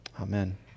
Amen